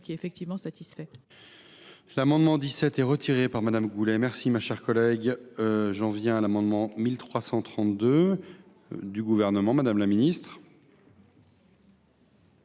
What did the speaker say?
qui est effectivement satisfait.